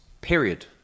period